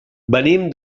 venim